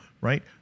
right